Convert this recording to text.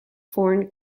foreign